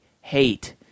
hate